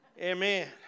Amen